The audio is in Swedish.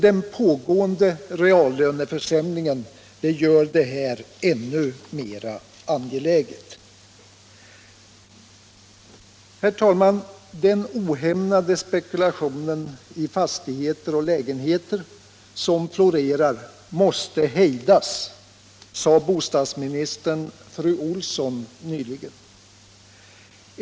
Den pågående reallöneförsämringen gör det här ännu mer angeläget. Herr talman! Den ohämmade spekulationen i fastigheter och lägenheter som florerar måste hejdas, sade bostadsministern fru Olsson nyligen.